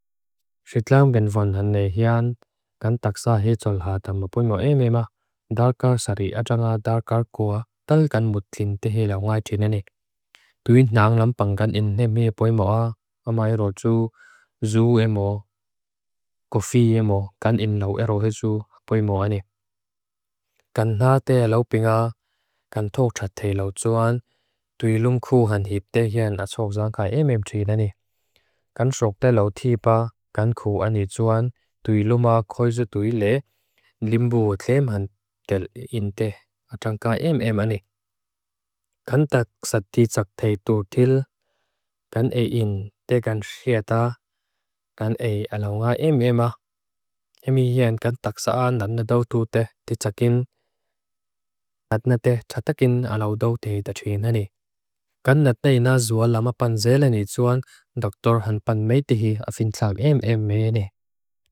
Xitlam benvenhane hian, kan taksa he tsol hatam puemo emema, dargar sari ajanga dargar kua, tal kan mutlin tehe leo ngay tineni. Puyin nang lam pang kan in neme puemo a, amaerozu, zu emo, kofi emo, kan in lo erohezu puemo ani. Kan hate lo pinga, kan tocha te lo tsoan, tui lung kuhan hip tehen atsok zangkai emem tineni. Kan sok te lo tiba, kan kuhan hi tsoan, tui luma koezu tui le, limbu teman tel in teh, atsangkai emem ani. Kan taksa ti tsak tey tutil, kan e in tegan syeta, kan e alawnga emema. Hemi hian kan taksaa natnataw tu te, ti tsakin, natnateh tsa takin alawdaw tey tachin ani. Kan natneina zuwa lama pan zele ni tsoan, doktor hanpan meitehi afintag emem meni.